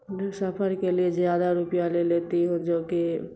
سفر کے لیے زیادہ روپیہ لے لیتی ہوں جو کہ